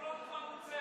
מספיק,